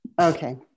Okay